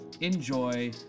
Enjoy